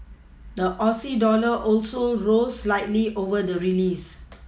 the Aussie dollar also rose slightly over the release